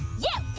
yep,